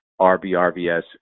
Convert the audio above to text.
rbrvs